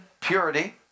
Purity